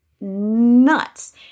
nuts